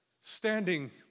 standing